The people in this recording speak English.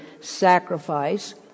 sacrifice